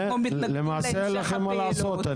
אני מבין שלמעשה אין לכם מה לעשות.